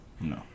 no